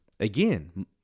Again